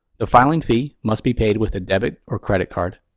the filing fee must be paid with a debit or credit card.